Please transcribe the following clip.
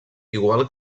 igual